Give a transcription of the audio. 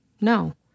No